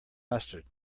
mustard